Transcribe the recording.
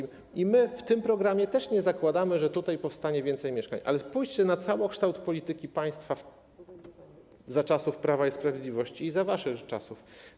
My w tym programie też nie zakładamy, że powstanie więcej mieszkań, ale spójrzcie na całokształt polityki państwa za czasów Prawa i Sprawiedliwości i za waszych czasów.